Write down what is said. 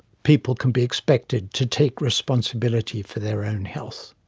people can be expected to take responsibility for their own health.